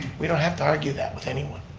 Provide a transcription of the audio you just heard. we don't have to argue that with anyone.